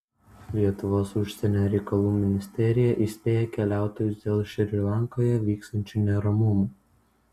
lietuvos užsienio reikalų ministerija įspėja keliautojus dėl šri lankoje vykstančių neramumų